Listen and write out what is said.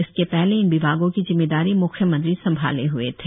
इसके पहले इन विभागों की जिम्मेदारी म्ख्यमंत्री ने संभाल ह्ए थे